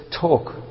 talk